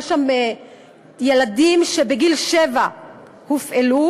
יש שם ילדים שהופעלו